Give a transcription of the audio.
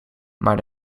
maar